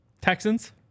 Texans